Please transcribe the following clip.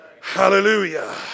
Hallelujah